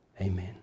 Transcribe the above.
amen